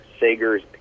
Sagers